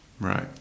Right